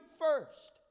first